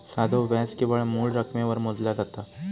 साधो व्याज केवळ मूळ रकमेवर मोजला जाता